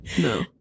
No